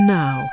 now